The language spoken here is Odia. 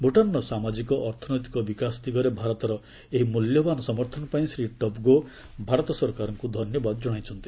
ଭୂଟାନର ସାମାଜିକ ଅର୍ଥନୈତିକ ବିକାଶ ଦିଗରେ ଭାରତର ଏହି ମଲ୍ୟବାନ୍ ସମର୍ଥନପାଇଁ ଶ୍ରୀ ଟବ୍ଗୋ ଭାରତ ସରକାରଙ୍କୁ ଧନ୍ୟବାଦ ଜଣାଇଛନ୍ତି